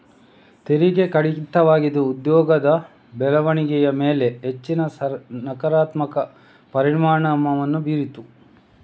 ತೆರಿಗೆ ಕಡಿತವಾಗಿದ್ದು ಅದು ಉದ್ಯೋಗದ ಬೆಳವಣಿಗೆಯ ಮೇಲೆ ಹೆಚ್ಚಿನ ಸಕಾರಾತ್ಮಕ ಪರಿಣಾಮವನ್ನು ಬೀರಿತು